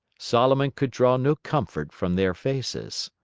solomon could draw no comfort from their faces.